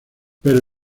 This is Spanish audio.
pero